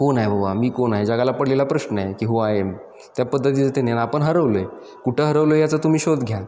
कोण आहे बाबा मी कोण आहे जगाला पडलेला प्रश्न आहे की हू आय एम त्या पद्धतीचं ते नेन आपण हरवलो आहे कुठं हरवलं आहे याचा तुम्ही शोध घ्या